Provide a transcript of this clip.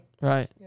Right